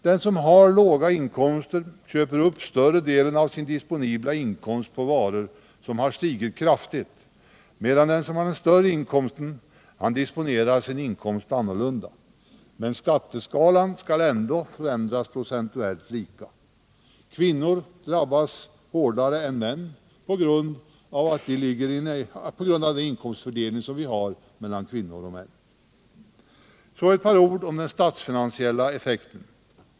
Den som har låga inkomster köper upp större delen av sin disponibla inkomst på varor som har stigit kraftigt medan den som har den större inkomsten disponerar sin inkomst annorlunda. Men skatteskalan skall ändå förändras procentuellt lika. Kvinnor drabbas hårdare än män på grund av den inkomstfördelning vi har mellan kvinnor och män. Så ett par ord om den statsfinansiella effekten.